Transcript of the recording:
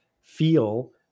feel